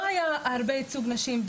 לא היה הרבה ייצוג נשים,